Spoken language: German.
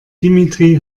dimitri